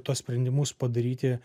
tuos sprendimus padaryti